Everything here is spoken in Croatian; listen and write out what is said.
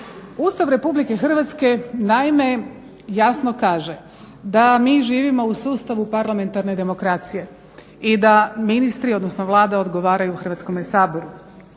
Ustav RH. Ustav RH naime jasno kaže da mi živimo u sustavu parlamentarne demokracije i da ministri odnosno Vlada odgovaraju Hrvatskome saboru.